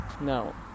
no